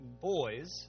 boys